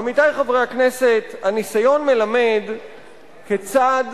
עמיתי חברי הכנסת, הניסיון מלמד כיצד